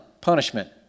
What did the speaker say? punishment